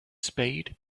spade